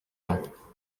ans